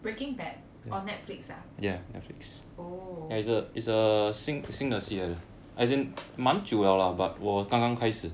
breaking bad orh netflix ah oh